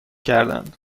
کردند